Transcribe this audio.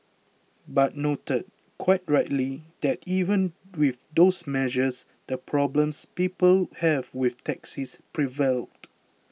but noted quite rightly that even with those measures the problems people have with taxis prevailed